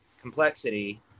complexity